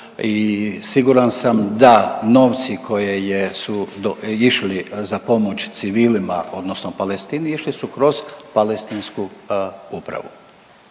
i siguran sam da novci koje je, su išli za pomoć civilima odnosno Palestini išli su kroz palestinsku upravu,